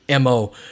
mo